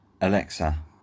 Alexa